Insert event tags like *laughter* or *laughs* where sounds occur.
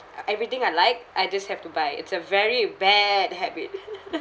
uh everything I like I just have to buy it's a very bad habit *laughs*